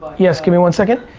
yes, give me one second.